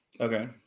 Okay